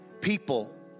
people